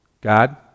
God